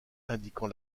indiquant